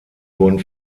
wurden